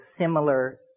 similar